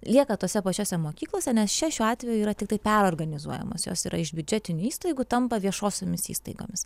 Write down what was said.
lieka tose pačiose mokyklose nes čia šiuo atveju yra tiktai perorganizuojamos jos yra iš biudžetinių įstaigų tampa viešosiomis įstaigomis